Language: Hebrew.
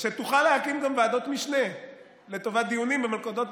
שתוכל להקים גם ועדות משנה לטובת דיונים במלכודות